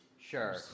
Sure